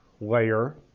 layer